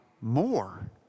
more